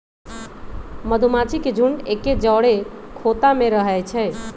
मधूमाछि के झुंड एके जौरे ख़ोता में रहै छइ